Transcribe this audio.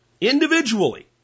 individually